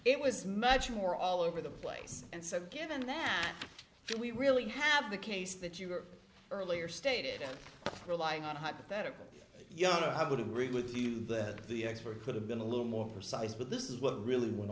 it was much more all over the place and so given that do we really have the case that you were earlier stated relying on hypothetical younger i would agree with you that the expert could have been a little more precise but this is what really went